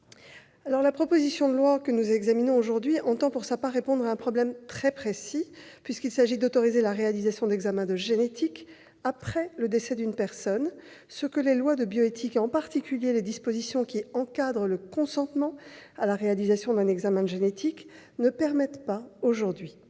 La proposition de loi que nous examinons aujourd'hui tend, pour sa part, à répondre à un problème très précis, puisqu'il s'agit d'autoriser la réalisation d'examens de génétique après le décès d'une personne- ce que les lois de bioéthique, et en particulier les dispositions qui encadrent le consentement à la réalisation d'un examen de génétique, ne permettent pas aujourd'hui.